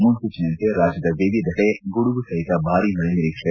ಮುನ್ನೂಚನೆಯಂತೆ ರಾಜ್ಯದ ವಿವಿಧೆಡೆ ಗುಡಗು ಸಹಿತ ಭಾರೀ ಮಳೆ ನಿರೀಕ್ಷೆ